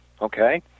Okay